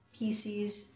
PCs